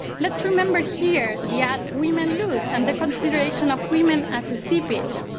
let's remember here the ad women lose and the consideration of women as a seepage.